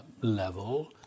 level